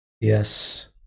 Yes